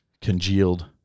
Congealed